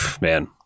man